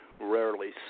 rarely